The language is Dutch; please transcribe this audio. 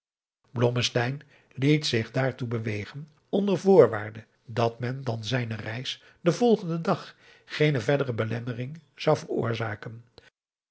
liet zich daartoe bewegen onder voorwaarde dat men dan zijne reis den volgenden dag geene verdere belemmeringen zou veroorzaken